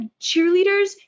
cheerleaders